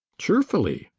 cheerfully.